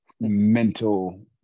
mental